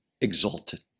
exalted